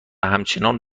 همچنان